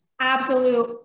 absolute